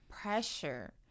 pressure